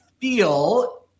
feel